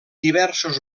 diversos